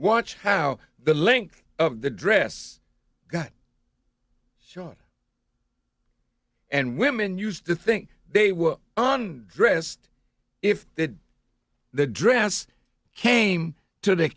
watch how the link of the dress got shot and women used to think they were on dressed if the dress came to the